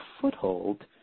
foothold